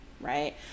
right